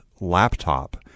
laptop